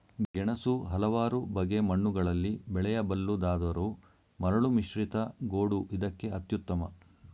ಗೆಣಸು ಹಲವಾರು ಬಗೆ ಮಣ್ಣುಗಳಲ್ಲಿ ಬೆಳೆಯಬಲ್ಲುದಾದರೂ ಮರಳುಮಿಶ್ರಿತ ಗೋಡು ಇದಕ್ಕೆ ಅತ್ಯುತ್ತಮ